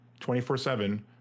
24-7